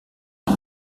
ĉiu